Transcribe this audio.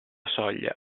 soglia